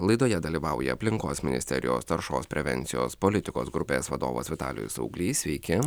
laidoje dalyvauja aplinkos ministerijos taršos prevencijos politikos grupės vadovas vitalijus auglys sveiki